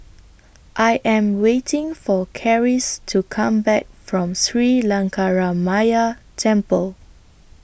I Am waiting For Charisse to Come Back from Sri Lankaramaya Temple